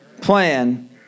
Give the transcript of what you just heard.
plan